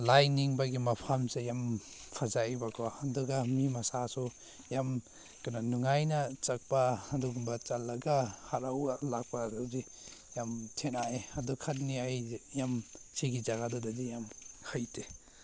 ꯂꯥꯏ ꯅꯤꯡꯕꯒꯤ ꯃꯐꯝꯁꯦ ꯌꯥꯝ ꯐꯖꯩꯑꯕꯀꯣ ꯑꯗꯨꯒ ꯃꯤ ꯃꯁꯥꯁꯨ ꯌꯥꯝ ꯀꯩꯅꯣ ꯅꯨꯡꯉꯥꯏꯅ ꯆꯠꯄ ꯑꯗꯨꯒꯨꯝꯕ ꯆꯠꯂꯒ ꯍꯔꯥꯎꯔꯒ ꯂꯥꯛꯄꯗꯨꯗꯤ ꯌꯥꯝ ꯊꯦꯡꯅꯩꯌꯦ ꯑꯗꯨ ꯈꯛꯅꯤ ꯑꯩꯁꯨ ꯌꯥꯝ ꯁꯤꯒꯤ ꯖꯒꯥꯗꯨꯗꯗꯤ ꯌꯥꯝ ꯍꯩꯇꯦ